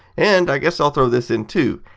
and i guess i'll throw this in too.